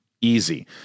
Easy